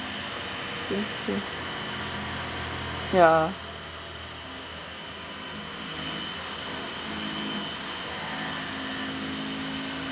ya